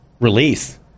release